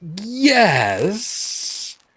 yes